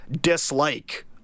dislike